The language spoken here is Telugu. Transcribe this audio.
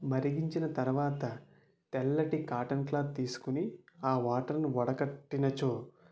మరిగించిన తర్వాత తెల్లటి కాటన్ క్లాత్ తీసుకొని ఆ వాటర్ను వడగట్టినచో